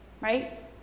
Right